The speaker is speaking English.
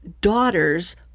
daughter's